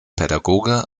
pädagoge